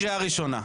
קריאה ראשונה.